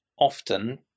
often